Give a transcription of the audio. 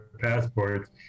passports